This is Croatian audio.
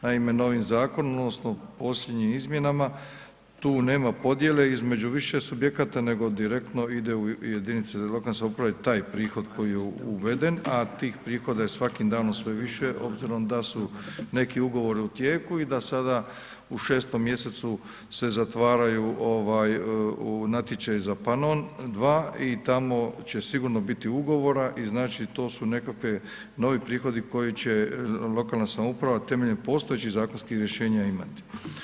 Naime, novim zakonom odnosno posljednjim izmjenama tu nema podjele između više subjekata, nego direktno ide jedinicama lokalne samouprave taj prihod koji je uveden, a tih prihoda je svakim danom sve više s obzirom da su neki ugovori u tijeku i da sada u 6. mjesecu se zatvaraju natječaji za Panon 2 i tamo će sigurno biti ugovora i znači to su nekakvi novi prihodi koji će lokalna samouprave temeljem postojećih zakonskih rješenja imati.